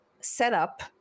setup